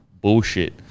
bullshit